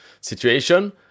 situation